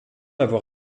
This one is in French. avoir